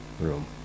room